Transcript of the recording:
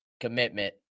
commitment